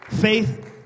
Faith